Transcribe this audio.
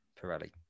Pirelli